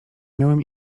miałem